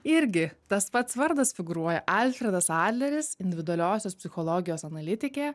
irgi tas pats vardas figūruoja alfredas adleris individualiosios psichologijos analitikė